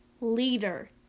leader